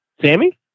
Sammy